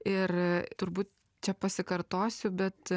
ir turbūt čia pasikartosiu bet